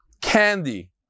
candy